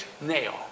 nail